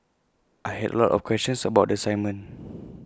I had A lot of questions about the assignment